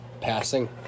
passing